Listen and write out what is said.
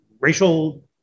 racial